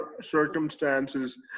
circumstances